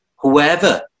Whoever